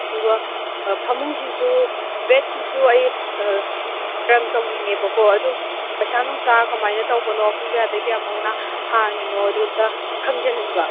ꯑꯗꯨꯒ ꯐꯃꯨꯡꯁꯤꯁꯨ ꯕꯦꯗꯁꯤꯁꯨ ꯑꯩ ꯔꯪ ꯇꯥꯨꯅꯤꯡꯉꯦꯕꯀꯣ ꯑꯗꯨ ꯄꯩꯁꯥ ꯅꯨꯡꯁꯥ ꯀꯃꯥꯏꯅ ꯇꯧꯕꯅꯣ ꯄꯨꯡ ꯀꯌꯥꯗꯒꯤ ꯀꯌꯥꯐꯧꯅ ꯍꯥꯡꯏꯅꯣ ꯑꯗꯨ ꯑꯃꯇꯥ ꯈꯪꯖꯅꯤꯡꯕ